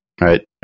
right